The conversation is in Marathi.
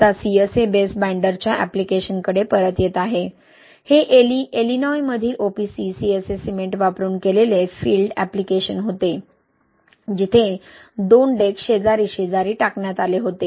आता CSA बेस बाइंडरच्या ऍप्लिकेशनकडे परत येत आहे हे इलिनॉयमधील OPC CSA सिमेंट वापरून केलेले फील्ड ऍप्लिकेशन होते जिथे 2 डेक शेजारी शेजारी टाकण्यात आले होते